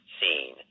seen